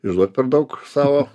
išduot per daug savo